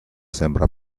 sembra